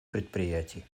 предприятий